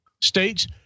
states